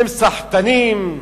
הם סחטנים,